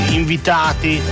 invitati